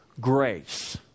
grace